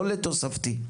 לא לתוספתי?